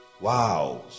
Wow